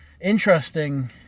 interesting